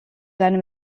seine